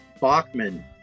Bachman